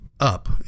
up